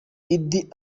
idi